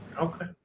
okay